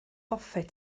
hoffet